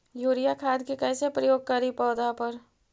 Urea खाद के कैसे प्रयोग करि पौधा पर?